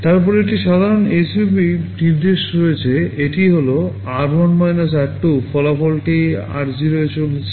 তারপরে একটি সাধারণ SUB নির্দেশ রয়েছে এটি হল r1 r2 ফলাফলটি r0 এ চলে যাচ্ছে